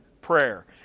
prayer